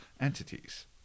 entities